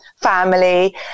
family